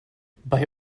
bei